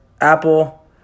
Apple